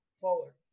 forward